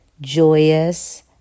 joyous